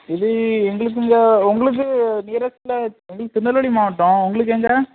இது எங்களுக்கு இங்கே ஒங்களுக்கு நியரஸ்ட்டில் எங்களுக்கு திருநெல்வேலி மாவட்டம் ஒங்களுக்கு எங்கள்